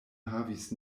havis